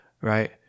right